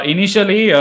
Initially